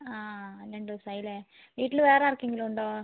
രണ്ട് ദിവസമായല്ലെ വീട്ടില് വേറെ ആർക്കെങ്കിലുമുണ്ടോ